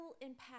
impact